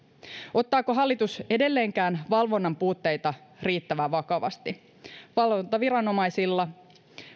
ottaako hallitus edelleenkään valvonnan puutteita riittävän vakavasti valvontaviranomaisilta